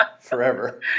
forever